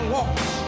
walks